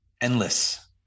endless